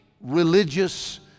religious